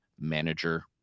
manager